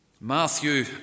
Matthew